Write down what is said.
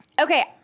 Okay